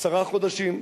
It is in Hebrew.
עשרה חודשים.